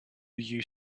you